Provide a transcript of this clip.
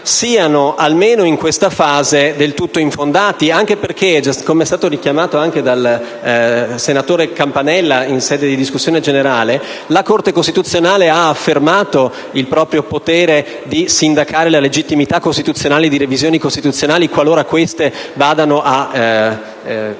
siano, almeno in questa fase, del tutto infondati. Anche perché, come è stato richiamato anche dal senatore Campanella in sede di discussione generale, la Corte costituzionale ha affermato il proprio potere di sindacare la legittimità costituzionale di revisioni costituzionali qualora queste vadano ad infrangere